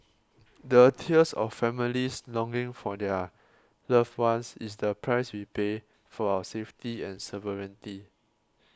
the tears of families longing for their loved ones is the price we pay for our safety and sovereignty